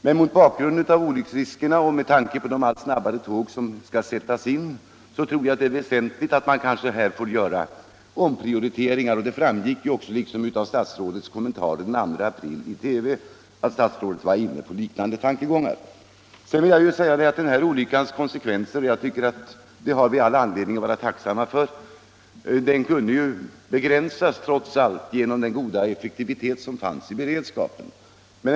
Men mot bakgrund av olycksriskerna och med tanke på de allt snabbare tåg som skall sättas in tror jag det är väsentligt att man här gör omprioriteringar. Det framgick också av statsrådets kommentarer den 2 april i TV att statsrådet var inne på liknande tankegångar. Sedan vill jag säga beträffande den här olyckans konsekvenser att vi ändå har all anledning att vara tacksamma för att de trots allt kunde begränsas genom den stora effektiviteten i den beredskap som fanns.